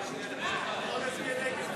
16 נתקבלו.